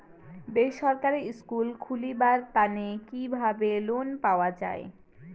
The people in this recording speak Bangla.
বেসরকারি স্কুল খুলিবার তানে কিভাবে লোন পাওয়া যায়?